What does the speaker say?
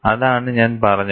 അതാണ് ഞാൻ പറഞ്ഞത്